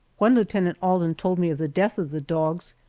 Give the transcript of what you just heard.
when lieutenant alden told me of the death of the dogs,